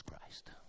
Christ